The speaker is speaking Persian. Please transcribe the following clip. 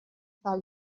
برای